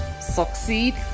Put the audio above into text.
succeed